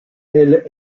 elle